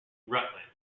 rutland